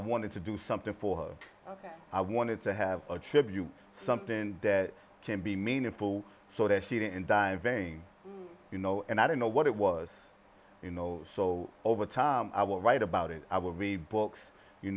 wanted to do something for her i wanted to have something to be meaningful so that she didn't die in vain you know and i don't know what it was you know so over time i will write about it i will read books you